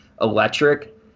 electric